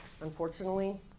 unfortunately